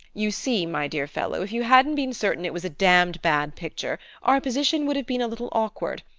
you see, my dear fellow, if you hadn't been certain it was a damned bad picture our position would have been a little awkward.